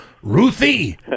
Ruthie